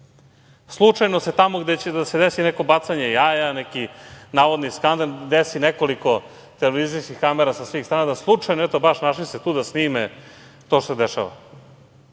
Slučajno se tamo gde će da se desi neko bacanje jaja, neki navodni skandal, desi nekoliko televizijskih kamera sa svih strana, da slučajno eto, baš našli se tu da snime to što se dešava.